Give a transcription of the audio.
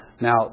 Now